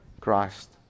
Christ